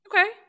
Okay